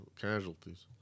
casualties